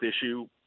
issue